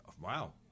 Wow